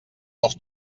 els